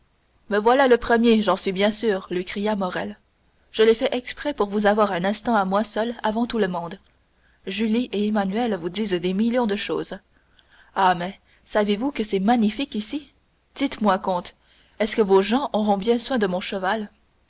me voilà le premier j'en suis bien sûr lui cria morrel je l'ai fait exprès pour vous avoir un instant à moi seul avant tout le monde julie et emmanuel vous disent des millions de choses ah mais savez-vous que c'est magnifique ici dites-moi comte est-ce que vos gens auront bien soin de mon cheval